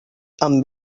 amb